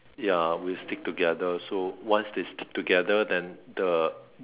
ya will stick together so once they stick together then the